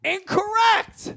Incorrect